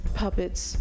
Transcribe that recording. puppets